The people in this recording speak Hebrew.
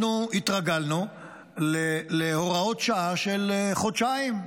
אנחנו התרגלנו להוראות שעה של חודשיים,